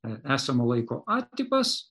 esamo laiko a tipas